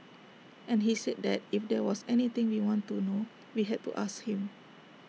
and he said that if there was anything we wanted to know we had to ask him